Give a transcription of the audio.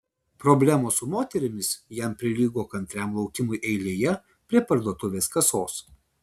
problemos su moterimis jam prilygo kantriam laukimui eilėje prie parduotuvės kasos